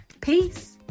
Peace